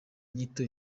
nyito